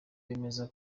bemeza